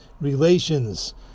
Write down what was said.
relations